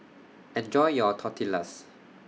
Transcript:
Enjoy your Tortillas